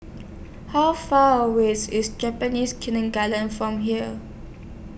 How Far away IS IS Japanese Kindergarten from here